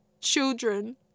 children